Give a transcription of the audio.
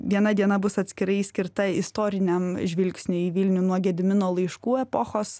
viena diena bus atskirai skirta istoriniam žvilgsniui į vilnių nuo gedimino laiškų epochos